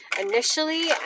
initially